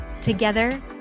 Together